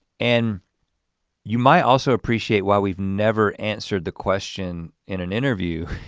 and you might also appreciate why we've never answered the question in an interview